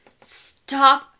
STOP